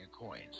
Coins